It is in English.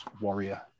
Warrior